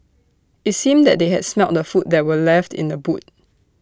IT seemed that they had smelt the food that were left in the boot